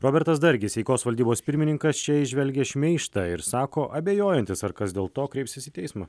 robertas dargis eikos valdybos pirmininkas čia įžvelgia šmeižtą ir sako abejojantis ar kas dėl to kreipsis į teismą